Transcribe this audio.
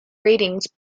ratings